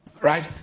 right